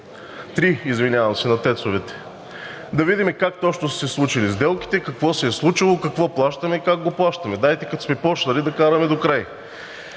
три, извинявам се – на ТЕЦ-овете. Да видим как точно са се случили сделките, какво се е случило, какво плащаме и как го плащаме. Дайте, като сме почнали, да караме докрай.